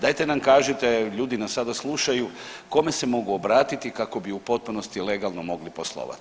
Dajte nam kažite, ljudi nas sada slušaju, kome se mogu obratiti kako bi u potpunosti legalno mogli poslovati.